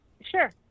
sure